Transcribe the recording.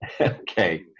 Okay